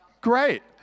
Great